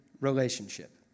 relationship